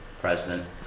president